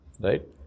right